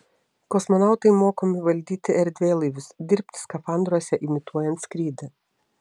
kosmonautai mokomi valdyti erdvėlaivius dirbti skafandruose imituojant skrydį